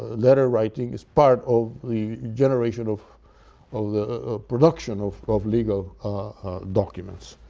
letter writing is part of the generation of of the production of of legal documents,